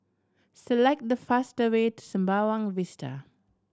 select the faster way to Sembawang Vista